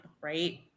right